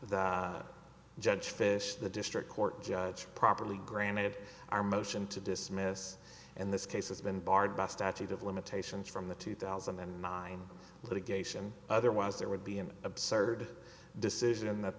the judge fish the district court judge properly granted our motion to dismiss and this case has been barred by statute of limitations from the two thousand and nine litigation otherwise there would be an absurd decision